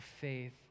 faith